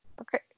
Okay